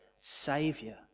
Saviour